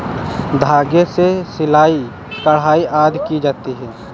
धागे से सिलाई, कढ़ाई आदि की जाती है